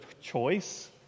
choice